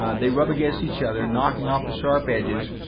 they rub against each other knocking off the sharp edges.